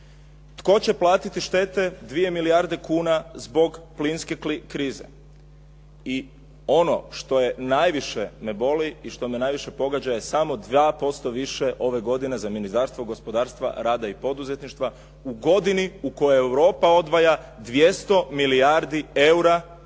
Tko će platiti štete 2 milijarde kuna zbog plinske krize? I ono što najviše me boli i što me najviše pogađa je samo 2% više ove godine za Ministarstvo gospodarstva, rada i poduzetništva u godini u kojoj Europa odvaja 200 milijardi eura za